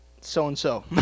so-and-so